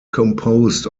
composed